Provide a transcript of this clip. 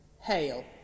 Hail